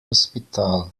hospital